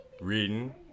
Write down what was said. Reading